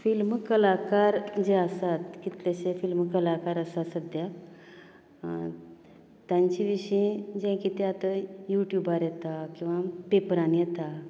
film कलाकार जे आसात कितलेशे फिल्म कलाकार आसा सद्द्या तांचे विशीं जें कितें आतां युट्यूबार येता किंवां पेपरांनी येता